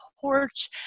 porch